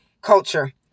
culture